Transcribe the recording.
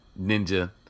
ninja